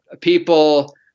people